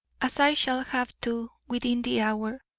as i shall have to within the hour,